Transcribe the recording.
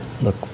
Look